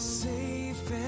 safe